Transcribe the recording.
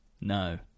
No